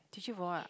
tissue for what